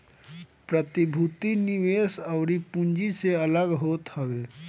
प्रतिभूति निवेश अउरी पूँजी से अलग होत हवे